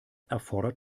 erfordert